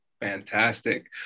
Fantastic